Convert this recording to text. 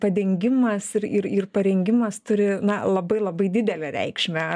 padengimas ir ir ir parengimas turi na labai labai didelę reikšmę